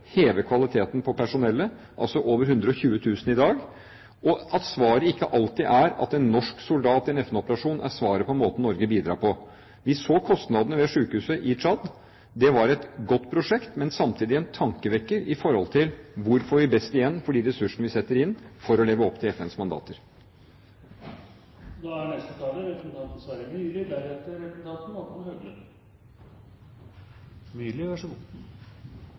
heve kvaliteten på personellet, altså over 120 000 i dag, og at svaret ikke alltid er at en norsk soldat i en FN-operasjon er måten Norge bidrar på. Vi så kostnadene ved sykehuset i Tsjad. Det var et godt prosjekt, men samtidig en tankevekker i forhold til hvor vi får best igjen for de ressursene vi setter inn for å leve opp til FNs mandater. Egentlig er